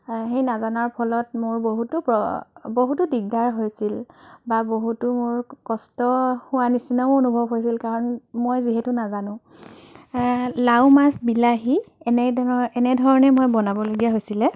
সেই নজানাৰ ফলত মোৰ বহুতো প্ৰ বহুতো দিগদাৰ হৈছিল বা বহুতো মোৰ কষ্ট হোৱা নিচিনাও অনুভৱ হৈছিল কাৰণ মই যিহেতু নাজানো লাও মাছ বিলাহী এনেধৰ এনেধৰণে মই বনাবলগীয়া হৈছিলে